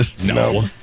no